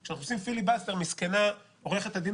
אבל כשאנחנו עושים פיליבסטר מסכנה עורכת דין